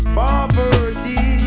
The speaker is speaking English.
poverty